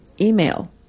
email